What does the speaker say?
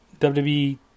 WWE